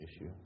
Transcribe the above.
issue